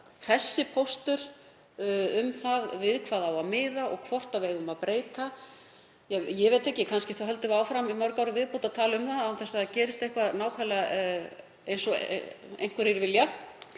þessi póstur, við hvað á að miða og hvort við eigum að breyta — ég veit ekki, kannski höldum við áfram í mörg ár í viðbót að tala um það án þess að það gerist nákvæmlega eins og einhverjir vilja.